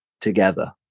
together